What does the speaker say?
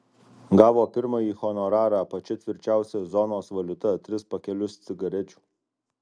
gavo pirmąjį honorarą pačia tvirčiausia zonos valiuta tris pakelius cigarečių